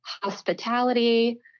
hospitality